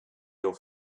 your